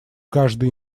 каждый